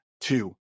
two